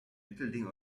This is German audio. mittelding